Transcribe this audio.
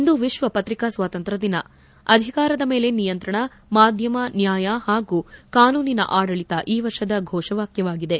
ಇಂದು ವಿಶ್ವ ಪ್ರಕ್ರಿಕಾ ಸ್ವಾತಂತ್ರ್ಯ ದಿನ ಈ ವರ್ಷದ ಘೋಷವಾಕ್ಕ ಅಧಿಕಾರದ ಮೇಲೆ ನಿಯಂತ್ರಣ ಮಾಧ್ವಮ ನ್ನಾಯ ಹಾಗೂ ಕಾನೂನಿನ ಆಡಳಿತ ಈ ವರ್ಷದ ಘೋಷವಾಕ್ಷವಾಗಿದೆ